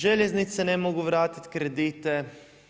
Željeznice ne mogu vratiti kredite.